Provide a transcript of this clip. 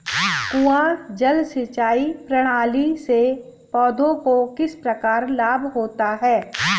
कुआँ जल सिंचाई प्रणाली से पौधों को किस प्रकार लाभ होता है?